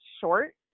short